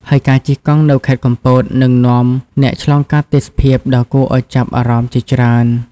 ហើយការជិះកង់នៅខេត្តកំពតនឹងនាំអ្នកឆ្លងកាត់ទេសភាពដ៏គួរឱ្យចាប់អារម្មណ៍ជាច្រើន។